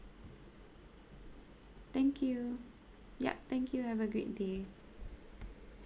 thank you yup thank you have a great day